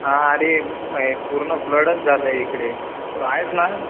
हां अरे ए पूर्ण फ्लडच झालं आहे इकडे तू आहेस ना